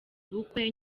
ubukwe